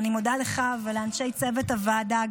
ואני מודה לך וגם לאנשי צוות הוועדה.